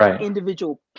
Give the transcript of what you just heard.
individual